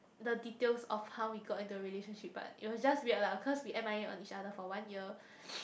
the details of how we got into a relationship but it was just weird lah because we M_I_A on each other from each other for one year